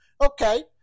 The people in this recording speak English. okay